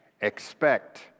expect